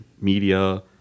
media